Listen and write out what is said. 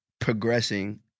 progressing